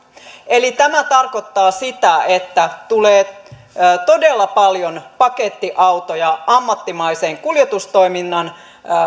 eli tämä tarkoittaa sitä että tulee todella paljon pakettiautoja ammattimaisen kuljetustoiminnan